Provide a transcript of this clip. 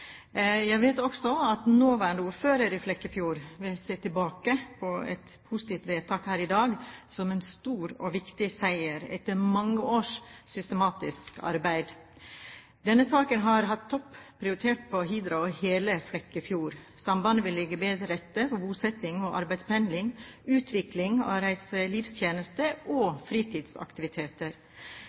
Flekkefjord vil se tilbake på et positivt vedtak her i dag som en stor og viktig seier etter mange års systematisk arbeid. Denne saken har hatt topp prioritet på Hidra og i hele Flekkefjord. Sambandet vil legge bedre til rette for bosetting og arbeidspendling, utvikling av reiselivstjenester og fritidsaktiviteter.